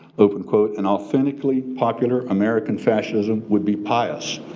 open quote, an authentically popular american fascism would be pious.